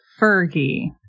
Fergie